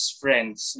friends